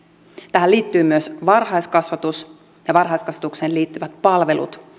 tähän liittyy myös varhaiskasvatus ja varhaiskasvatukseen liittyvät palvelut